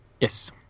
Yes